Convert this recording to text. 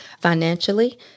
financially